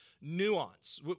nuance